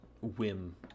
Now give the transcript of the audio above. whim